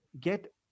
get